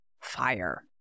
fire